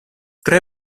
tre